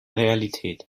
realität